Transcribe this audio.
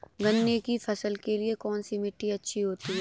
गन्ने की फसल के लिए कौनसी मिट्टी अच्छी होती है?